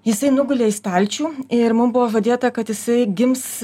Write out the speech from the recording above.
jisai nugulė į stalčių ir mum buvo žadėta kad jisai gims